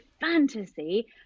fantasy